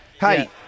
Hey